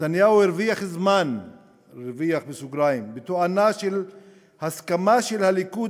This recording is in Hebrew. נתניהו "הרוויח" זמן בתואנה של הסכמה של הליכוד